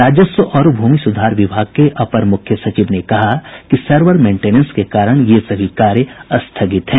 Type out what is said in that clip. राजस्व और भूमि सुधार विभाग के अपर मुख्य सचिव ने कहा है कि सर्वर मेंटेनेन्स के कारण ये सभी कार्य स्थगित हैं